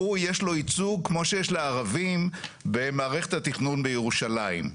הוא יש לו ייצוג כמו שיש לערבים במערכת התכנון בירושלים.